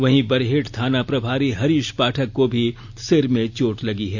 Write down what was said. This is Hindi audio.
वहीं बरहेट थाना प्रभारी हरिश पाठक को भी सिर में चोट लगी है